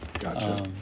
Gotcha